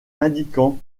indiquant